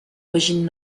origine